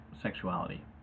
sexuality